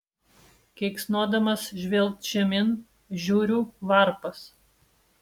keiksnodamas žvilgt žemyn žiūriu varpas